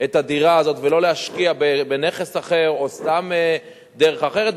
את הדירה הזאת ולא להשקיע בנכס אחר או סתם דרך אחרת.